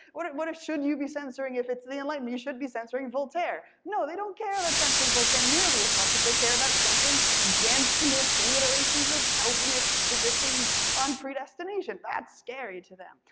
what what should you be censoring if it's the enlightenment? you should be censoring voltaire. no, they don't care about censoring voltaire nearly as much as they care about censoring jansenist reiterations of calvinist positions on predestination. that's scary to them.